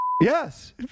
Yes